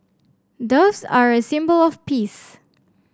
doves are a symbol of peace